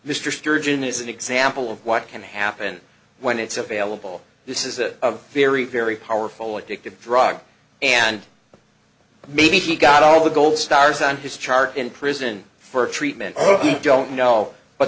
mr sturgeon is an example of what can happen when it's available this is a very very powerful addictive drug and maybe he got all the gold stars on his chart in prison for treatment i don't know but